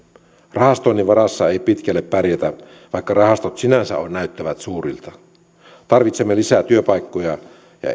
rahastoinnin varassa ei pitkälle pärjätä vaikka rahastot sinänsä näyttävät suurilta tarvitsemme lisää työpaikkoja